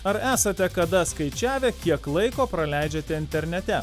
ar esate kada skaičiavę kiek laiko praleidžiate internete